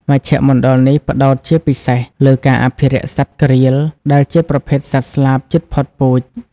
មជ្ឈមណ្ឌលនេះផ្តោតជាពិសេសលើការអភិរក្សសត្វក្រៀល ដែលជាប្រភេទសត្វស្លាបជិតផុតពូជ។